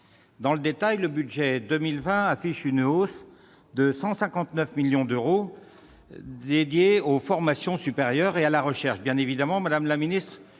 Dans le détail, le budget pour 2020 affiche une hausse de 159 millions d'euros des crédits dédiés aux formations supérieures et à la recherche. Bien évidemment, madame la ministre,